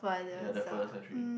ya the furthest country